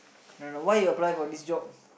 don't know why you apply for this job